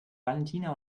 valentina